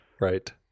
right